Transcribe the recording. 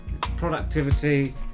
productivity